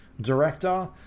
director